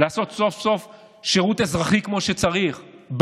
לעשות סוף-סוף שירות אזרחי כמו שצריך,